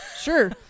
sure